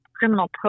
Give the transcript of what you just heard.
criminal